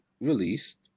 released